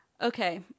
okay